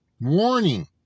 Warning